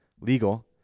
legal